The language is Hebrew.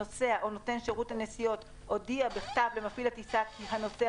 הנוסע או נותן שירות הנסיעות הודיע בכתב למפעיל הטיסה כי הנוסע